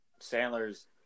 Sandler's